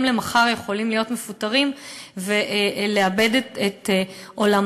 למחר יכולים להיות מפוטרים ולאבד את עולמם.